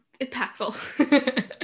impactful